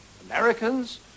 Americans